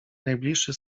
najbliższy